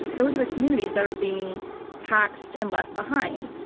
those are the communities that are being taxed and left behind.